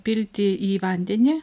pilti į vandenį